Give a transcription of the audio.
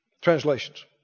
translations